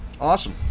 Awesome